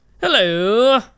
Hello